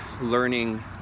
learning